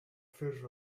ffurf